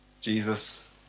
Jesus